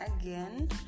again